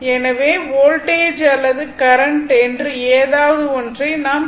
எனவே வோல்டேஜ் அல்லது கரண்ட் என்று ஏதாவது ஒன்றை நாம் கருத்தில் கொள்ள வேண்டும்